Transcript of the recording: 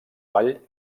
ball